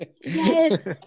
Yes